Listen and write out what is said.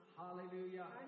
hallelujah